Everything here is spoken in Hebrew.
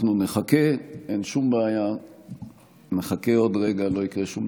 אנחנו נחכה, אין שום בעיה.